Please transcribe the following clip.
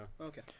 okay